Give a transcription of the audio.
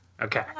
Okay